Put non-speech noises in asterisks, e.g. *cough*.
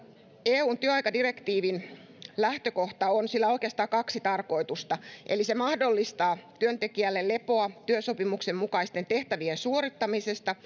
eun työaikadirektiivin lähtökohta on että sillä on oikeastaan kaksi tarkoitusta eli se mahdollistaa työntekijälle lepoa työsopimuksen mukaisten tehtävien suorittamisesta *unintelligible*